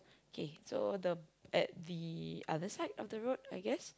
kay so the at the other side of the road I guess